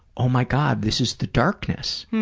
oh my god, this is the darkness,